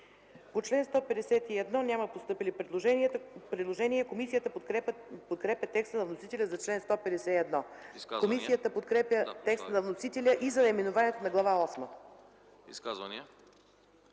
По чл. 151 няма постъпили предложения. Комисията подкрепя текста на вносителя за чл. 151. Комисията подкрепя текста на вносителя и за наименованието на Глава